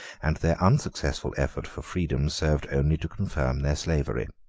and their unsuccessful effort for freedom served only to confirm their slavery.